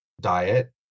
diet